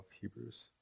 Hebrews